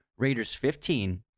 RAIDERS15